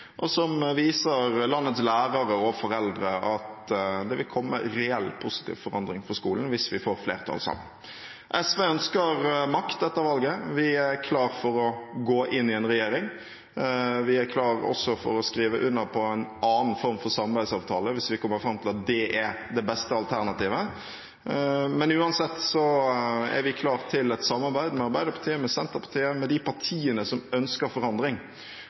og som viser landets lærere og foreldre at det vil bli en reell positiv forandring for skolen hvis vi får flertall sammen. SV ønsker makt etter valget. Vi er klar for å gå inn i en regjering. Vi er også klar for å skrive under på en annen form for samarbeidsavtale, hvis vi kommer fram til at det er det beste alternativet. Men uansett er vi klar til et samarbeid med Arbeiderpartiet, med Senterpartiet, med de partiene som ønsker